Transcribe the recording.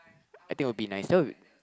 I think will be nice that will